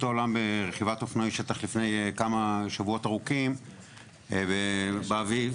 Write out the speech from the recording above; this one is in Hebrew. העולם ברכיבת אופנועי שטח שהייתה באביב.